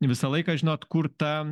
visą laiką žinot kur ta